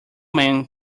men